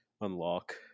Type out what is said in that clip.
unlock